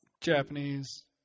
Japanese